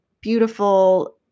beautiful